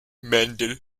mandel